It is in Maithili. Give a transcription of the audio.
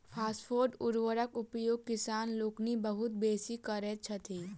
फास्फेट उर्वरकक उपयोग किसान लोकनि बहुत बेसी करैत छथि